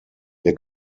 der